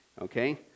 okay